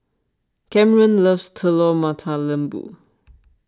Camren loves Telur Mata Lembu